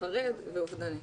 חרד ואובדני.